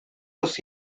los